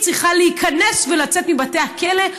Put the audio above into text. היא צריכה להיכנס ולצאת מבתי הכלא,